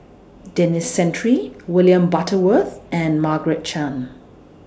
Denis Santry William Butterworth and Margaret Chan